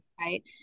right